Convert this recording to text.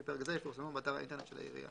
פרק זה יפורסמו באתר האינטרנט של העירייה.